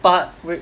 but with